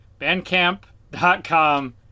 bandcamp.com